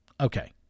Okay